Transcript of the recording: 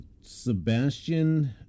Sebastian